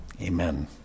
Amen